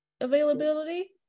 availability